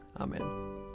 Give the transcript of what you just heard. amen